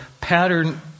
pattern